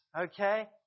okay